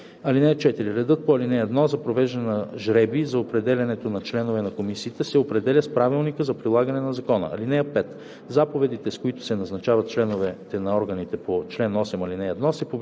член. (4) Редът по ал. 1 за провеждането на жребий за определянето на членове на комисиите се определя с правилника за прилагане на закона. (5) Заповедите, с които се назначават членовете на органите по чл. 8, ал. 1, се публикуват